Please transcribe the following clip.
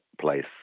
place